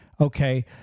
okay